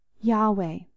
Yahweh